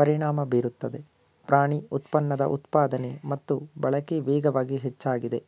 ಪರಿಣಾಮ ಬೀರುತ್ತದೆ ಪ್ರಾಣಿ ಉತ್ಪನ್ನದ ಉತ್ಪಾದನೆ ಮತ್ತು ಬಳಕೆ ವೇಗವಾಗಿ ಹೆಚ್ಚಾಗಿದೆ